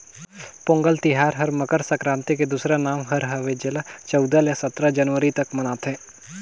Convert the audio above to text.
पोगंल तिहार हर मकर संकरांति के दूसरा नांव हर हवे जेला चउदा ले सतरा जनवरी तक मनाथें